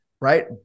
right